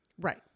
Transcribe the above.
right